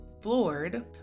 floored